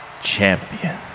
champion